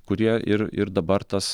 kurie ir ir dabar tas